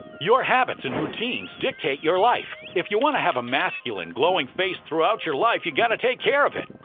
your habits and routines dictate your life. if you want to have a masculine, glowing face throughout your life, you gotta take care of it.